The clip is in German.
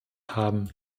haben